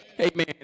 Amen